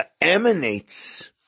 Emanates